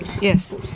Yes